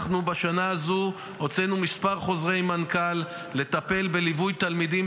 בשנה זו הוצאנו כמה חוזרי מנכ"ל לטפל בליווי תלמידים